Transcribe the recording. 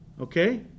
okay